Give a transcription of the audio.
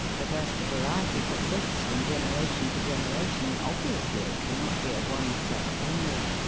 but as the variety persists from generation to generation obviously it cannot be of one sex only.